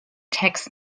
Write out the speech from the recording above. text